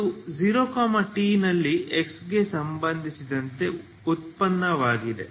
ಅದು 0t ನಲ್ಲಿ x ಗೆ ಸಂಬಂಧಿಸಿದ ಉತ್ಪನ್ನವಾಗಿದೆ